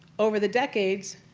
over the decades,